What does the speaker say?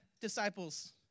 disciples